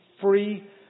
free